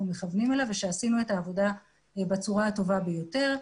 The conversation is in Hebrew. מכוונים אליו ושעשינו את העבודה בצורה הטובה ביותר.